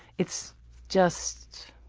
it's just.